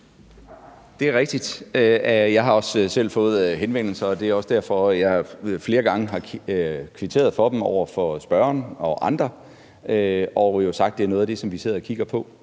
Det er rigtigt. Jeg har også selv fået henvendelser, og det er også derfor, at jeg flere gange har kvitteret for dem over for spørgeren og andre og jo har sagt, at det er noget af det, som vi sidder og kigger på.